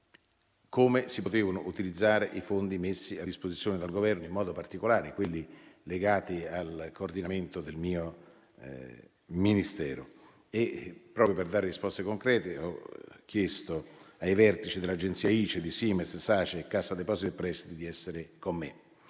come si potevano utilizzare i fondi messi a disposizione dal Governo, in modo particolare quelli legati al coordinamento del mio Ministero. Proprio per dare risposte concrete, ho chiesto ai vertici dell'Agenzia ICE e di Simest, Sace e Cassa depositi e prestiti di essere